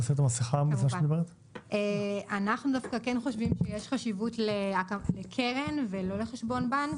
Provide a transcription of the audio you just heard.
אנחנו דווקא כן חושבים שיש חשיבות לקרן ולא לחשבון בנק,